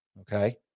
Okay